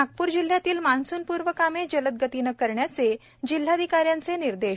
नागप्र जिल्ह्यातील मानसूनपूर्व कामे जलदगतीने करण्याचे जिल्हाधिकाऱ्यांचे निर्देश